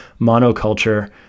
monoculture